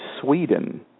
Sweden